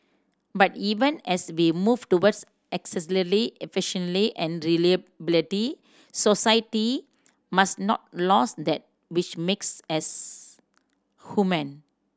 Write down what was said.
but even as we move towards efficiency and reliability society must not lose that which makes as human